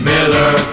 Miller